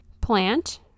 plant